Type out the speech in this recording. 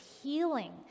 healing